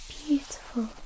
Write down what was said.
beautiful